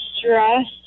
stressed